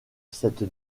cette